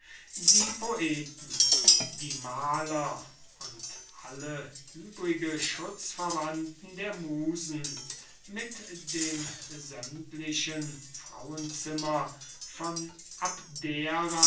die poeten die maler und alle übrigen schutzverwandten der musen mit dem sämtlichen frauenzimmer von abdera